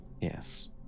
Yes